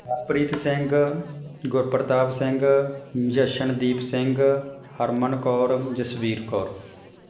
Preet Singh Gurpratap Singh Jashandeep Singh Harman Kaur Jasvir Kaur